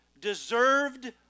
deserved